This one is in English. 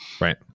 Right